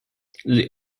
they